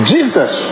Jesus